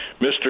Mr